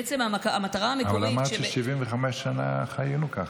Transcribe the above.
בעצם המטרה המקורית, אבל אמרת ש-75 שנה חיינו כך.